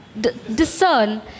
discern